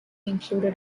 included